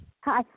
Hi